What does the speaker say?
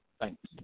Thanks